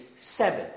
seven